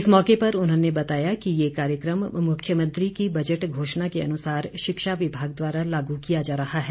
इस मौके पर उन्होंने बताया कि ये कार्यक्रम मुख्यमंत्री की बजट घोषणा के अनुसार शिक्षा विभाग द्वारा लागू किया जा रहा है